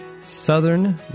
Southern